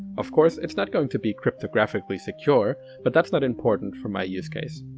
of course it's not going to be cryptographically secure, but that's not important for my use case.